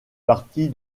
partie